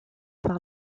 par